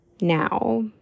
now